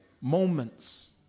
moments